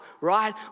right